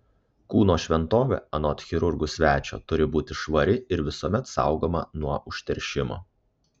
kūno šventovė anot chirurgų svečio turi būti švari ir visuomet saugoma nuo užteršimo